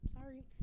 sorry